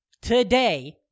Today